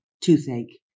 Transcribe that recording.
toothache